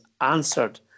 answered